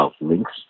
links